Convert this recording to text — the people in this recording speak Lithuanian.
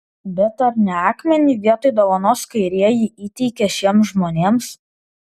bet ar ne akmenį vietoj dovanos kairieji įteikė šiems žmonėms